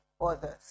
others